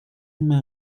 mehr